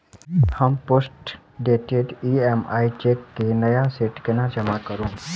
हम postdated EMI cheque केँ नया सेट केना जमा करू?